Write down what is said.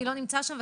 מי לא נמצאת שם,